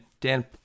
Dan